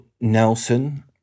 nelson